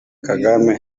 kagame